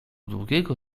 długiego